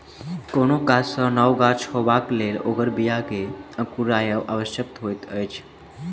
कोनो गाछ सॅ नव गाछ होयबाक लेल ओकर बीया के अंकुरायब आवश्यक होइत छै